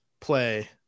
play